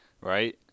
right